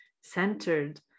centered